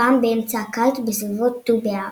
הפעם באמצע הקיץ בסביבות ט"ו באב.